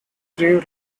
threw